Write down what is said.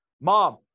Mom